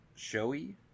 showy